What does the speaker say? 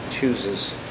chooses